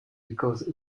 because